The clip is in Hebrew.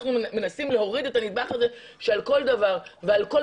אנחנו מנסים להוריד את הנדבך הזה שעל כל דבר ועל כל